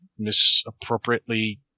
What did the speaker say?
misappropriately